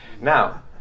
Now